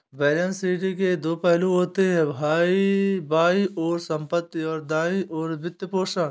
balance sheet के दो पहलू होते हैं, बाईं ओर संपत्ति, और दाईं ओर वित्तपोषण